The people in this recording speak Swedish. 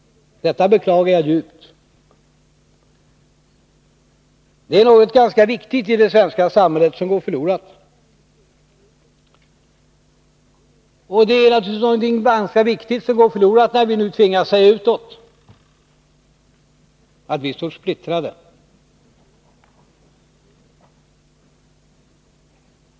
Detta beklagar jag djupt. Det är något ganska viktigt i det svenska samhället som går förlorat när vi nu tvingas säga utåt att vi står splittrade.